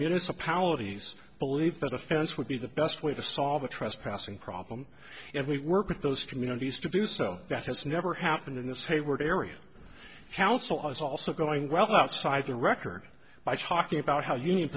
municipalities believe that a fence would be the best way to solve the trespassing problem if we work with those communities to do so that has never happened in this hayward area council is also going well outside the record by talking about how union